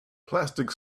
plastic